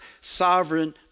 sovereign